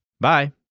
Bye